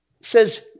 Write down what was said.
says